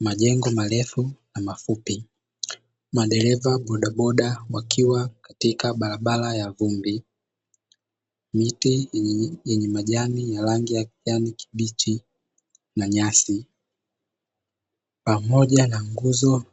Majengo marefu na mafupi, madereva bodaoda wakiwa katika barabara ya vumbi, miti yenye majani ya rangi ya kijani kibichi na nyasi, pamoja na nguzo